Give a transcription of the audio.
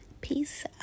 peace